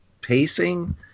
pacing